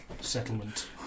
Settlement